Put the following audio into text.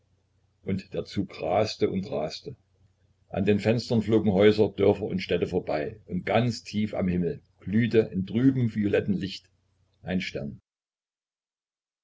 und der zug raste und raste an den fenstern flogen häuser dörfer und städte vorbei und ganz tief am himmel glühte in trübem violettem licht ein stern